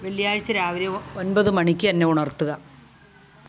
വെള്ളിയാഴ്ച രാവിലെ ഒമ്പത് മണിക്ക് എന്നെ ഉണർത്തുക